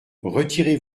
retirez